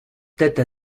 tête